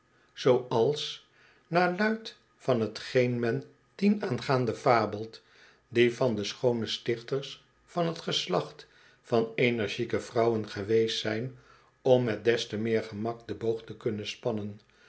zooals naar luid van t geen men dienaangaande fabelt die van de schoone stichters van t geslacht van energieke vrouwen geweest zijn om met des te meer gemak den boog te kunnen spannen